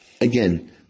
again